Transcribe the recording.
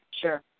Sure